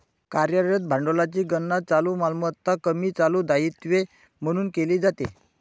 कार्यरत भांडवलाची गणना चालू मालमत्ता कमी चालू दायित्वे म्हणून केली जाते